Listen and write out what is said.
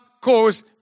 cause